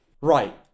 Right